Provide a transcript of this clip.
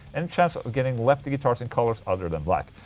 and chance ah of getting lefty guitars in colors other than black?